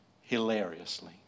hilariously